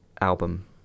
album